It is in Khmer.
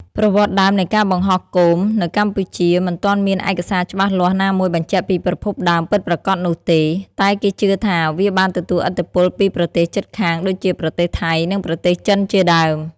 ប្រវត្តិដើមនៃការបង្ហោះគោមនៅកម្ពុជាមិនទាន់មានឯកសារច្បាស់លាស់ណាមួយបញ្ជាក់ពីប្រភពដើមពិតប្រាកដនោះទេ តែគេជឿថាវាបានទទួលឥទ្ធិពលពីប្រទេសជិតខាងដូចជា ប្រទេសថៃ និងប្រទេសចិនជាដើម។